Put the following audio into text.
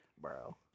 Bro